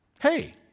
hey